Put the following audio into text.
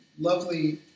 lovely